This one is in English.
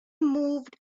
moved